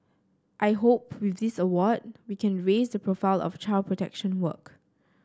I hope with this award we can raise the profile of child protection work